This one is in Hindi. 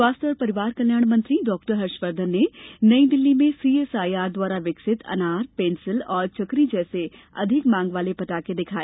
स्वास्थ्य और परिवार कल्याण मंत्री डॉक्टर हर्षवर्धन ने नई दिल्ली में सीएसआईआर द्वारा विकसित अनार पेंसिल और चक्करी जैसे अधिक मांग वाले पटाखे दिखाए